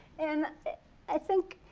and i think,